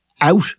out